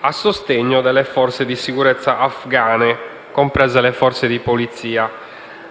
a sostegno delle forze di sicurezza afgane, comprese le forze di polizia;